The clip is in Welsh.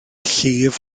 llif